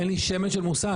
אין לי שמץ של מושג.